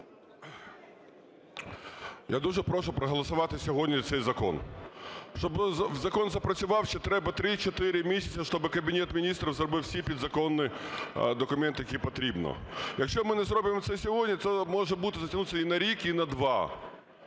Я дуже прошу проголосувати сьогодні цей закон. Щоб закон запрацював, ще треба 3-4 місяці, щоб Кабінет Міністрів зробив всі підзаконні документи, які потрібні. Якщо ми не зробимо цього сьогодні, це може бути затягнутися і на рік, і на два.